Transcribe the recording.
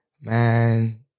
Man